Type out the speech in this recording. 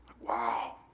Wow